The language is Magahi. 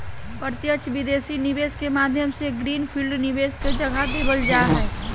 प्रत्यक्ष विदेशी निवेश के माध्यम से ग्रीन फील्ड निवेश के जगह देवल जा हय